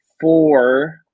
four